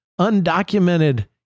undocumented